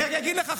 אני רק אגיד לך,